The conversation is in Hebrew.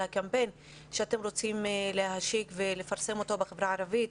הקמפיין שאתם רוצים להשיק ולפרסם אותו בחברה הערבית.